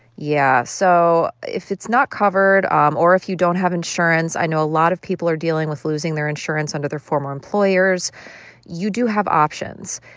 yeah. so if it's not covered um or if you don't have insurance i know a lot of people are dealing with losing their insurance under their former employers you do have options.